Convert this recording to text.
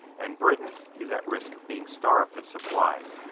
and britain is at risk of being starved of supplies.